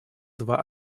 два